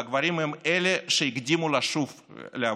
והגברים הם שהקדימו לשוב לעבודה.